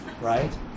right